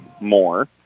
more